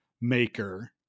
maker